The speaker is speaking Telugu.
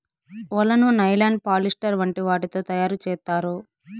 వలను నైలాన్, పాలిస్టర్ వంటి వాటితో తయారు చేత్తారు